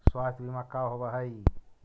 स्वास्थ्य बीमा का होव हइ?